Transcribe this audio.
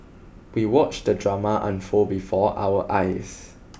we watched the drama unfold before our eyes